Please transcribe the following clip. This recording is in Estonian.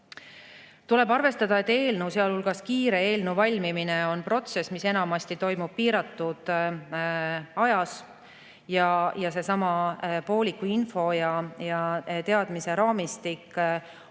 Tuleb arvestada, et eelnõu, sealhulgas kiire eelnõu valmimine on protsess, mis enamasti toimub piiratud ajas, ja seesama pooliku info ja teadmise raamistik on